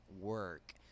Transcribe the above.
work